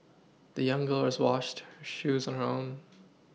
the young girls washed shoes on her own